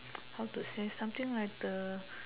how to say something like the